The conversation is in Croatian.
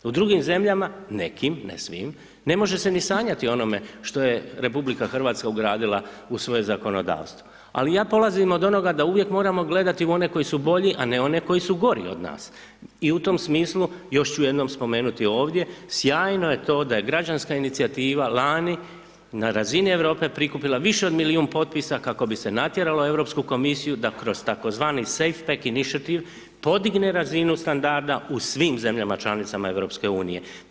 U drugim zemljama, nekim, ne svim, ne može se ni sanjati o onome što je Republika Hrvatska ugradila u svoje zakonodavstvo, ali ja polazim od onoga da uvijek moramo gledati u one koji su bolji, a ne one koji su gori od nas, i u tom smislu, još ću jednom spomenuti ovdje, sjajno je to da je građanska inicijativa lani na razini Europe, prikupila više od milijun potpisa kako bi se natjeralo Europsku komisiju da kroz tako zvani ... podigne razinu standarda u svim zemljama članicama Europske unije.